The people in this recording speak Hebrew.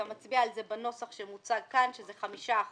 אתה מצביע על זה בנוסח שמוצע כאן, שזה 5%